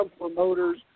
promoters